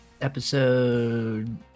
Episode